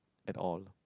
at all